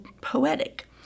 poetic